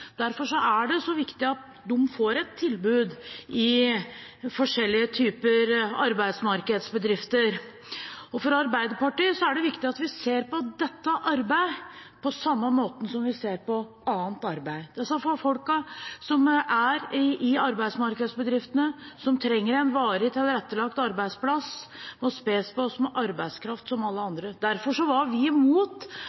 Derfor er det så viktig at de får et tilbud i forskjellige typer arbeidsmarkedsbedrifter. For Arbeiderpartiet er det viktig at vi ser på dette arbeidet på samme måten som vi ser på annet arbeid. De som er i arbeidsmarkedsbedriftene, og som trenger en varig tilrettelagt arbeidsplass, må ses på som arbeidskraft som alle andre. Derfor er vi imot